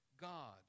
God